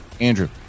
Andrew